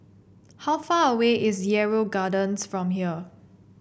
how far away is Yarrow Gardens from here